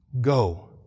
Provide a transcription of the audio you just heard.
go